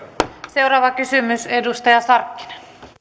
seuraava kysymys edustaja sarkkinen